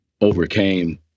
overcame